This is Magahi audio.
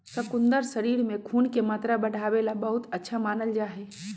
शकुन्दर शरीर में खून के मात्रा बढ़ावे ला बहुत अच्छा मानल जाहई